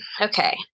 okay